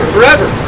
Forever